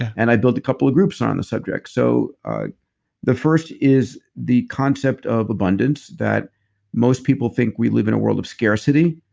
and i've build a couple of groups around um the subject. so ah the first is the concept of abundance. that most people think we live in a world of scarcity.